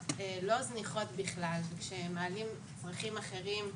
לא זניחות בכלל וכשמעלים צרכים אחרים,